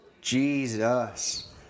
Jesus